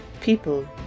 People